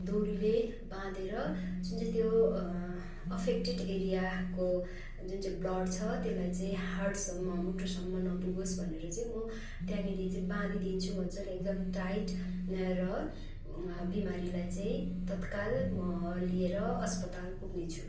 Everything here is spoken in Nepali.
डोरीले बाँधेर जुन चाहिँ त्यो अफेक्टेट एरियाको जुन चाहिँ ब्लड छ त्यसलाई चाहिँ हार्टसम्म मुटुसम्म नपुगोस् भनेर चाहिँ म त्यहाँनिर चाहिँ बाँधिदिन्छु मज्जाले एकदम टाइट र बिमारीलाई चाहिँ तत्काल म लिएर अस्पताल पुग्नेछु